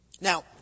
Now